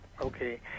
Okay